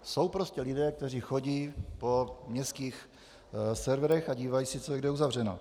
Jsou prostě lidé, kteří chodí po městských serverech a dívají se, co je kde uzavřeno.